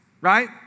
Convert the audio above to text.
Right